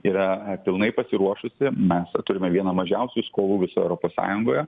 yra pilnai pasiruošusi mes turime vieną mažiausių skolų visoj europos sąjungoje